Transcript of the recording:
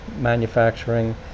manufacturing